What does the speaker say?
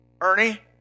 Ernie